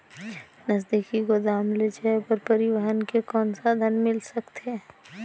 नजदीकी गोदाम ले जाय बर परिवहन के कौन साधन मिल सकथे?